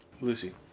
Lucy